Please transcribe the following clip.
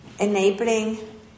enabling